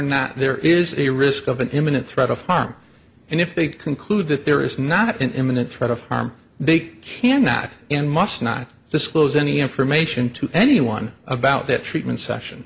not there is a risk of an imminent threat of harm and if they conclude that there is not an imminent threat of harm big cannot and must not disclose any information to anyone about that treatment session